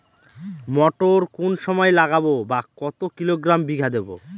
মটর কোন সময় লাগাবো বা কতো কিলোগ্রাম বিঘা দেবো?